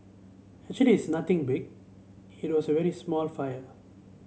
actually it's nothing big it was a very small fire